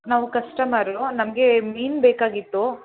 ನಾವು ಕಸ್ಟಮರು ನಮಗೆ ಮೀನು ಬೇಕಾಗಿತ್ತು